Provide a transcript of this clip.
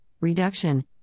reduction